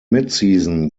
midseason